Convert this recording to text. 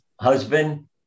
husband